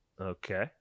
Okay